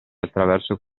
attraverso